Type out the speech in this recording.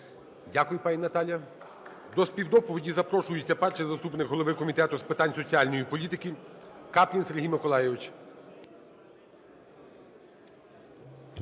Дякую, пані Наталія. До співдоповіді запрошується перший заступник голови Комітету з питань соціальної політики Каплін Сергій Миколайович.